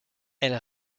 elle